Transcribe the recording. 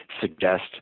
suggest